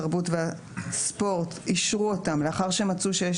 התרבות והספורט אישרו אותם לאחר שמצאו שיש